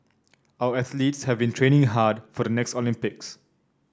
our athletes have been training hard for the next Olympics